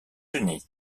unis